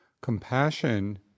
Compassion